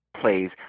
plays